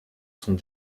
sont